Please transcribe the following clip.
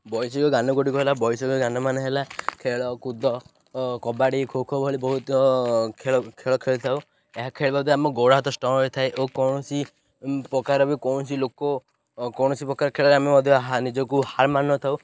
ବୈଷୟିକ ଜ୍ଞାନଗୁଡ଼ିକ ହେଲା ବୈଷୟିକ ଜ୍ଞାନମାନେ ହେଲା ଖେଳକୁଦ କବାଡ଼ି ଖୋଖୋ ଭଳି ବହୁତ ଖେଳ ଖେଳ ଖେଳିଥାଉ ଏହା ଖେଳିବା ଦ୍ୱାରା ଆମ ଗୋଡ଼ ହାତ ଷ୍ଟ୍ରଙ୍ଗ ହୋଇଥାଏ ଓ କୌଣସି ପ୍ରକାର ବି କୌଣସି ଲୋକ କୌଣସି ପ୍ରକାର ଖେଳରେ ଆମେ ମଧ୍ୟ ନିଜକୁ ହାର ମାନି ନଥାଉ